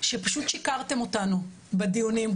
שפשוט שיקרתם אותנו בדיונים,